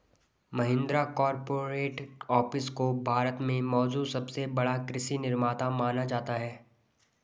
Mahindra corporate office को भारत में मौजूद सबसे बड़ा कृषि निर्माता माना जाता है